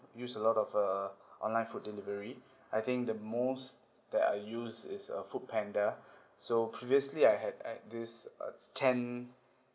use a lot of uh online food delivery I think the most that I use is uh Foodpanda so previously I had this uh ten